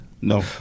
No